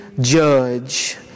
judge